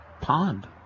pond